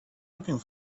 looking